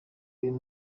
uyu